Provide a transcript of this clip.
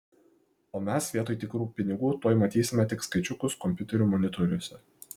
o mes vietoj tikrų pinigų tuoj matysime tik skaičiukus kompiuterių monitoriuose